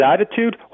attitude